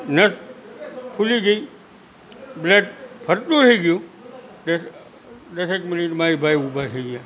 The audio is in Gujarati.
નસ ખૂલી ગઈ બ્લડ ફરતું થઇ ગયું દસ એક મિનિટમાં એ ભાઈ ઊભા થઈ ગયા